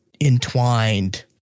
entwined